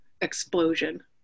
explosion